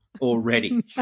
already